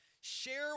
Share